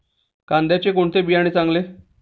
कांद्याचे कोणते बियाणे चांगले?